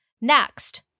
Next